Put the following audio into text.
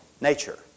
Nature